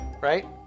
right